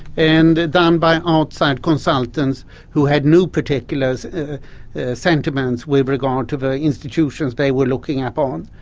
and done by outside consultants who had no particular sentiments with regard to the institutions they were looking upon.